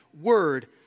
word